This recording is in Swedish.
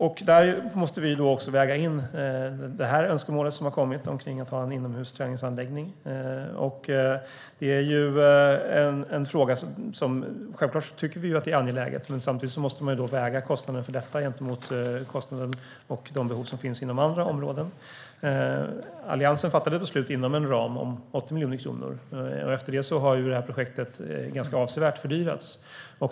Vi måste också väga in önskemålet som har kommit om att ha en inomhusträningsanläggning. Det är en fråga som vi självklart tycker är angelägen, men samtidigt måste man väga kostnaden för detta gentemot de kostnader och behov som finns inom andra områden. Alliansen fattade ett beslut inom en ram om 80 miljoner kronor. Efter det har det här projektet fördyrats ganska avsevärt.